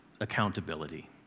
accountability